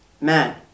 man